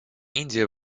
индия